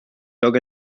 dug